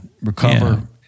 recover